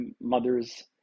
mother's